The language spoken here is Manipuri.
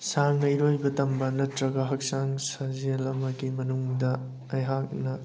ꯁꯥꯡꯅ ꯏꯔꯣꯏꯕ ꯇꯝꯕ ꯅꯠꯇ꯭ꯔꯒ ꯍꯛꯆꯥꯡ ꯁꯥꯖꯦꯜ ꯑꯃꯒꯤ ꯃꯅꯨꯡꯗ ꯑꯩꯍꯥꯛꯅ